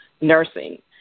nursing